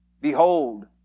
behold